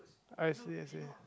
I see I see